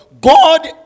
God